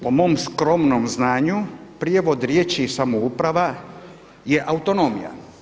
Po mom skromnom znanju prijevod riječi samouprava je autonomija.